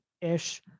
ish